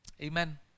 Amen